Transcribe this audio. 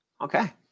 Okay